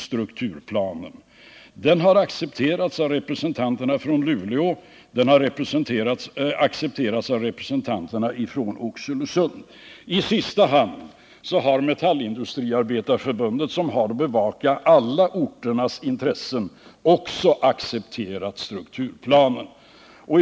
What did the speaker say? Den har också accepterats av representanterna från Luleå, och den har accepterats av representanterna från Oxelösund. I sista hand har Metallindustriarbetareförbundet, som har att bevaka alla orternas intressen, också accepterat strukturplanen.